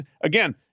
Again